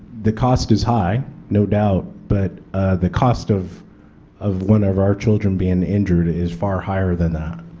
the cost is high no doubt, but the cost of of one of our children being injured is far higher than that.